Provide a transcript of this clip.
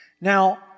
Now